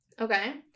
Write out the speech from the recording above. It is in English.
Okay